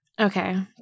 Okay